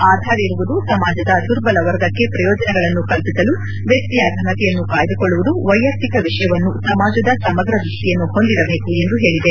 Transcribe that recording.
ಆಧಾರ್ ಇರುವುದು ಸಮಾಜದ ದುರ್ಬಲ ವರ್ಗಕ್ಕೆ ಪ್ರಯೋಜನಗಳನ್ನು ಕಲ್ಪಿಸಲು ವ್ಯಕ್ತಿಯ ಫನತೆಯನ್ನು ಕಾಯ್ದುಕೊಳ್ಳುವುದು ವೈಯಕ್ತಿಕ ವಿಷಯವನ್ನು ಸಮಾಜದ ಸಮಗ್ರ ದೃಷ್ಟಿಯನ್ನು ಹೊಂದಿರಬೇಕು ಎಂದು ಹೇಳಿದೆ